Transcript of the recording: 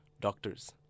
doctors